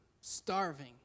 starving